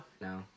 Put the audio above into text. No